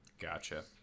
Gotcha